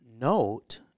note